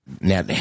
now